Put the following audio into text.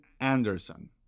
Anderson